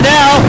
now